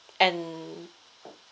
and